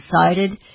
decided